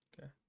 Okay